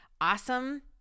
awesome